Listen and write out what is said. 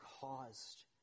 caused